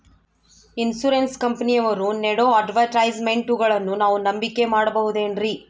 Insurance ಕಂಪನಿಯವರು ನೇಡೋ ಅಡ್ವರ್ಟೈಸ್ಮೆಂಟ್ಗಳನ್ನು ನಾವು ನಂಬಿಕೆ ಮಾಡಬಹುದ್ರಿ?